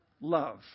love